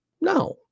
No